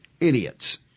idiots